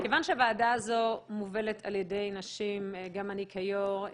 כיוון שהוועדה הזו מובלת על ידי נשים גם אני כיו"ר,